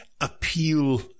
appeal